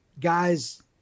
guys